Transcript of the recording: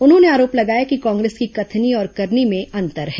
उन्होंने आरोप लगाया कि कांग्रेस की कथनी और करनी में अंतर है